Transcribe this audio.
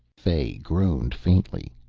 fay groaned faintly.